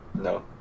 No